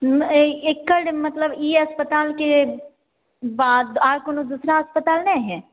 एकर मतलब ई अस्पताल के बाद आर कोनो दूसरा अस्पताल नहि हय